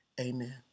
Amen